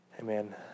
Amen